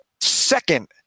second